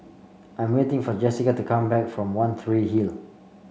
I am waiting for Jesica to come back from One Tree Hill